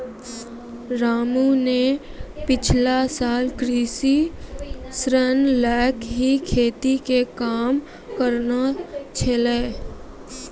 रामू न पिछला साल कृषि ऋण लैकॅ ही खेती के काम करनॅ छेलै